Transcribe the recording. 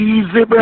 Easy